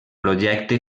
projecte